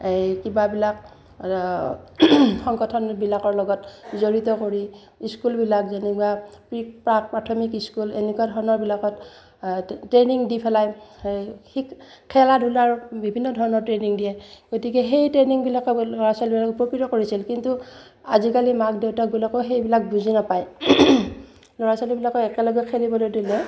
এই কিবাবিলাক সংগঠনবিলাকৰ লগত জড়িত কৰি স্কুলবিলাক যেনেকুৱা প্ৰাক প্ৰাথমিক স্কুল এনেকুৱা ধৰণৰবিলাকত ট্ৰেইনিং দি পেলাই খেলা ধূলাৰ বিভিন্ন ধৰণৰ ট্ৰেইনিং দিয়ে গতিকে সেই ট্ৰেইনিংবিলাকে ল'ৰা ছোৱালীবিলাকক উপকৃত কৰিছিল কিন্তু আজিকালি মাক দেউতাকবিলাকেও সেইবিলাক বুজি নাপায় ল'ৰা ছোৱালীবিলাকক একেলগে খেলিবলৈ দিলে